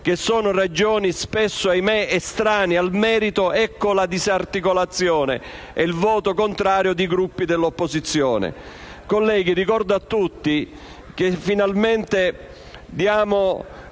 che sono spesso - ahimè - estranee al merito, ecco la disarticolazione e il voto contrario di Gruppi dell'opposizione. Colleghi, ricordo a tutti che finalmente diamo